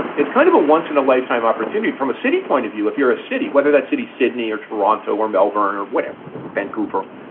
it's kind of a once in a lifetime opportunity. from a city point of view, if you're a city, whether that city, sydney or toronto or melbourne or whatever, vancouver,